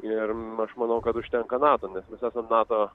ir aš manau kad užtenka nato nes mes esam nato